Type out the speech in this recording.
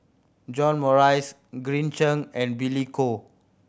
John Morrice Green Zeng and Billy Koh